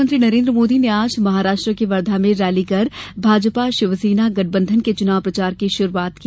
प्रधानमंत्री नरेन्द्र मोदी ने आज महाराष्ट्रन के वर्धा में रैली कर भाजपा शिवसेना गठबंधन के चुनाव प्रचार की शुरूआत की